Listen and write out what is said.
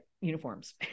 uniforms